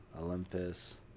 Olympus